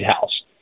House